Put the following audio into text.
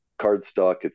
Cardstock